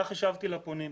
כך השבתי לפונים.